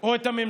או את הממשלה